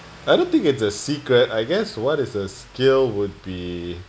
I don't think it's a secret I guess what is a skill would be